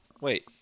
Wait